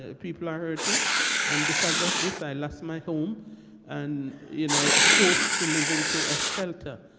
ah people are hurting and because of this i lost my home and you know forced to live into a shelter,